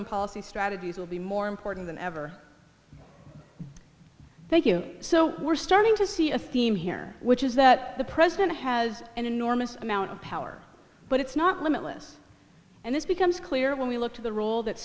and policy strategies will be more important than ever thank you so we're starting to see a theme here which is that the president has an enormous amount of power but it's not limitless and this becomes clear when we look to the role that